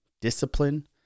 Discipline